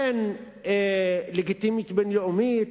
אין לגיטימיות בין-לאומית,